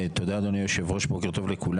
תודה, אדוני היושב ראש, בוקר טוב לכולם.